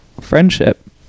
friendship